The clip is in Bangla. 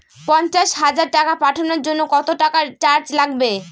পণ্চাশ হাজার টাকা পাঠানোর জন্য কত টাকা চার্জ লাগবে?